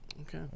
Okay